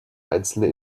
einzelne